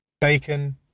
Bacon